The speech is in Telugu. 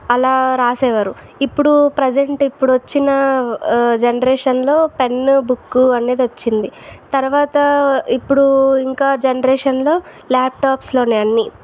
అలా రాసేవారు ఇప్పుడు ప్రజెంట్ ఇప్పుడు వచ్చిన జనరేషన్లో పెన్ను బుక్కు అనేది వచ్చింది తర్వాత ఇప్పుడు ఇంకా జనరేషన్లో ల్యాప్టాప్స్లోనే అన్ని